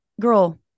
girl